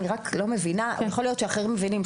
אני רק לא מבינה ויכול שאחרים מבינים,